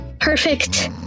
Perfect